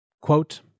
Quote